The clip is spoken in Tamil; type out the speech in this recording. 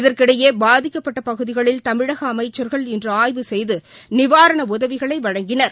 இதற்கிடையேபாதிக்கப்பட்டபகுதிகளில் தமிழகஅமைச்சர்கள் இன்றுஆய்வு செய்துநிவாரணஉதவிகளைவழங்கினர்